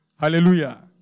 Hallelujah